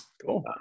cool